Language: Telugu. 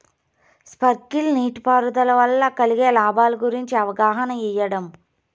స్పార్కిల్ నీటిపారుదల వల్ల కలిగే లాభాల గురించి అవగాహన ఇయ్యడం?